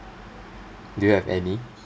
do you have any